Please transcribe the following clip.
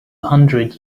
hundred